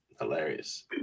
hilarious